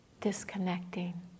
disconnecting